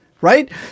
Right